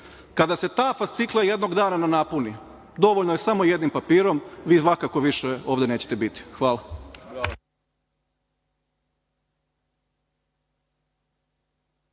kada se ta fascikla jednog dana napuni, dovoljno je samo jednim papirom, vi svakako ovde više nećete biti. Hvala.